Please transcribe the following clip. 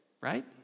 right